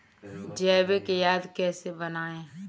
जैविक खाद कैसे बनाएँ?